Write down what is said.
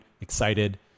excited